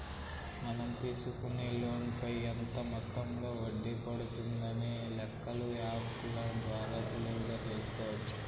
మనం తీసుకునే లోన్ పైన ఎంత మొత్తంలో వడ్డీ పడుతుందనే లెక్కలు యాప్ ల ద్వారా సులువుగా తెల్సుకోవచ్చు